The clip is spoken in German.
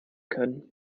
können